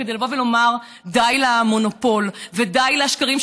כדי לבוא ולומר: די למונופול ודי לשקרים,